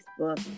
Facebook